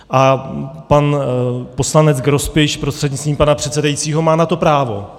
A pan poslanec Grospič prostřednictvím pana předsedajícího má na to právo.